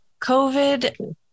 COVID